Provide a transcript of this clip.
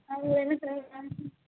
அது என்ன சார்